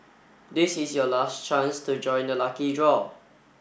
this is your last chance to join the lucky draw